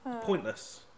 Pointless